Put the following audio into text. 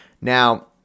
Now